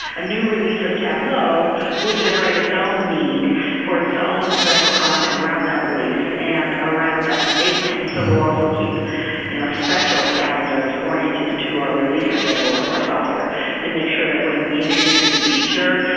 a new release of tableau will generate its own need for its own special content around that release and around that state. so we'll also keep you know special calendars oriented to to our release schedule of our software to make sure that when we introduce a new feature,